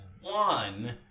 one